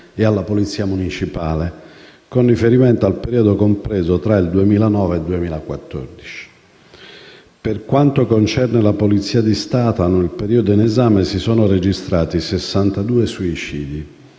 e alla polizia municipale, con riferimento al periodo compreso tra il 2009 e il 2014. Per quanto concerne la Polizia di Stato, nel periodo in esame, si sono registrati 62 suicidi,